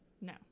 No